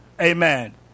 Amen